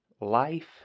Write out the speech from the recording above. Life